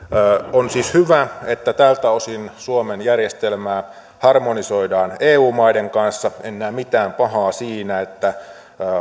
on siis hyvä että tältä osin suomen järjestelmää harmonisoidaan eu maiden kanssa en näe mitään pahaa siinä että